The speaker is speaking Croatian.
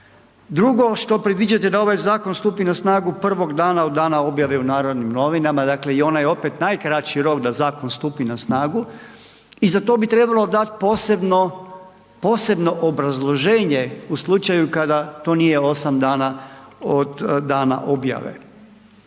Drugo što predviđate da ovaj zakon stupi na snagu prvog dana od dana objave u Narodnim novinama, dakle i onaj opet najkraći rok da zakon stupi na snagu, i za to bi trebalo dati posebno obrazloženje u slučaju kada to nije 8 dana od dana objave.